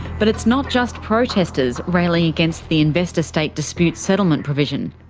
but it's not just protesters railing against the investor state dispute settlement provision.